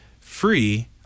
free